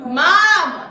mom